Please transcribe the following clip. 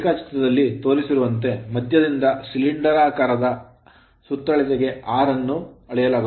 ರೇಖಾಚಿತ್ರದಲ್ಲಿ ತೋರಿಸಿರುವಂತೆ ಮಧ್ಯದಿಂದ ಸಿಲಿಂಡರಾಕಾರದ ಆಕಾರದ ಸುತ್ತಳತೆಗೆ r ಅನ್ನು ಅಳೆಯಲಾಗುತ್ತದೆ